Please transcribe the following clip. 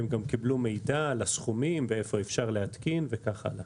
הם גם קיבלו מידע על הסכומים ואיפה אפשר להתקין וכך הלאה.